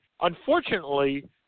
unfortunately